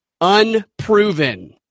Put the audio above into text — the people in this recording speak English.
Unproven